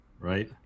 Right